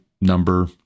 number